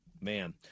Man